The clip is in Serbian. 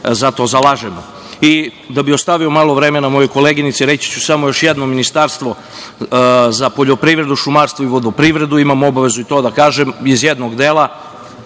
za to zalažemo. Da bih ostavio malo vremena mojoj koleginici, reći ću samo još jedno, Ministarstvo za poljoprivredu, šumarstvo i vodoprivredu, imam obavezu i to da kažem, iz jednog dela,